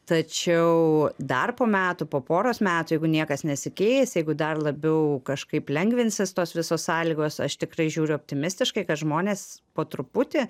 tačiau dar po metų po poros metų jeigu niekas nesikeis jeigu dar labiau kažkaip lengvinsis tos visos sąlygos aš tikrai žiūriu optimistiškai kad žmonės po truputį